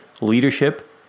leadership